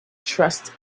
trust